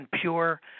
pure